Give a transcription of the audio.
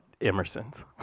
Emerson's